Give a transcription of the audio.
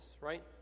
right